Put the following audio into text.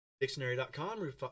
Dictionary.com